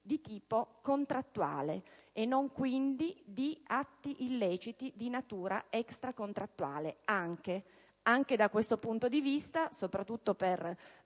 di tipo contrattuale e non quindi anche di atti illeciti di natura extracontrattuale. Anche da questo punto di vista è evidente, soprattutto per